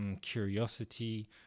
curiosity